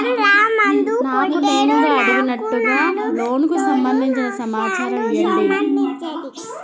నాకు నేను అడిగినట్టుగా లోనుకు సంబందించిన సమాచారం ఇయ్యండి?